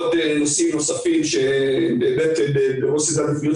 החברה למתנ"סים ניגשה למכרז מתוך מחויבות